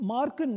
Mark